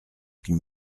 qu’une